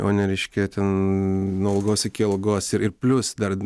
o ne reiškia ten nuo algos iki algos ir ir plius dar